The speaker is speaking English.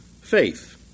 faith